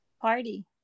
Party